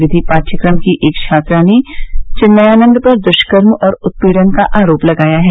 विधि पाठ्यक्रम की एक छात्रा ने चिन्मयानंद पर दुष्कर्म और उत्पीडन का आरोप लगाया है